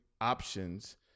options